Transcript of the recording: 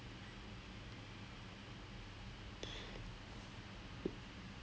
marketing என்றால் என்ன வாருங்கள்:endraal enna vaarungal then I'm like okay steady